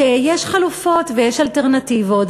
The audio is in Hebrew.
שיש חלופות ויש אלטרנטיבות,